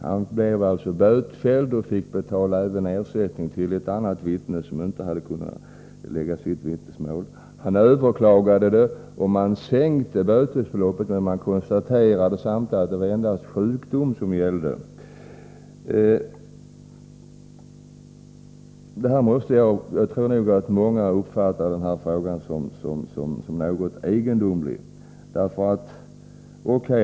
Han blev bötfälld och fick även betala ersättning till ett annat vittne, som inte hade kunnat avge sitt vittnesmål. Han överklagade beslutet och bötesbeloppet sänktes, men samtidigt konstaterades att endast sjukdom gällde som laga förfall. Jag tror att många uppfattar detta fall som något egendomligt. O. K.